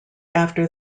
after